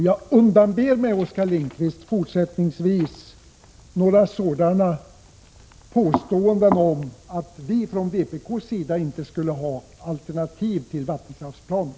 Jag undanber mig, Oskar Lindkvist, fortsättningsvis påståenden om att vi från vpk:s sida inte skulle ha alternativ till vattenkraftsplanen.